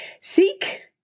Seek